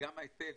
וגם ההיטל